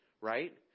right